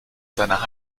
seiner